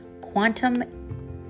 Quantum